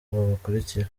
bakurikira